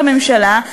בממשלה.